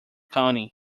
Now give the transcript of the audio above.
county